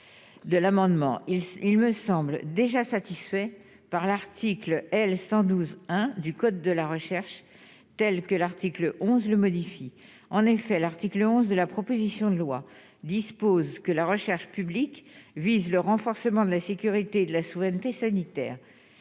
de l'amendement, il me semble déjà satisfait par l'article L 112 1 du code de la recherche, telles que l'article 11 le modifie en effet l'article 11 de la proposition de loi dispose que la recherche publique, vise le renforcement de la sécurité de la souveraineté sanitaire,